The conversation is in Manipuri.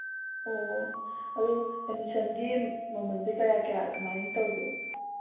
ꯑꯣ ꯑꯣ ꯑꯗꯨ ꯑꯦꯗꯃꯤꯁꯟꯒꯤ ꯃꯃꯟꯁꯦ ꯀꯌꯥ ꯀꯌꯥ ꯀꯃꯥꯏꯅ ꯇꯧꯒꯦ